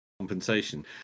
compensation